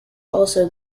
also